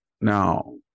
now